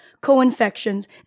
co-infections